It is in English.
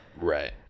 right